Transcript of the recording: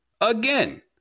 Again